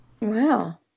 Wow